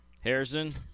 Harrison